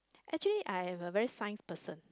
actually I am a very Science person